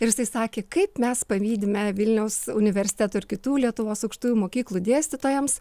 ir jisai sakė kaip mes pavydime vilniaus universiteto ir kitų lietuvos aukštųjų mokyklų dėstytojams